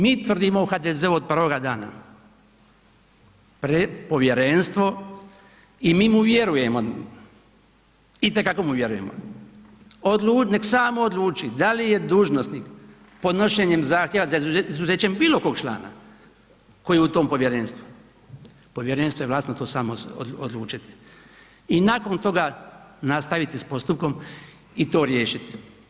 Mi tvrdimo u HDZ-u od prvoga dana, povjerenstvo i mi mu vjerujemo, itekako mu vjerujemo, nek samo odluči da li je dužnosnik podnošenjem zahtjeva za izuzećem bilo kog člana koje je u tom povjerenstvu, povjerenstvo je vlasno to samo odlučiti i nakon toga nastaviti s postupkom i to riješiti.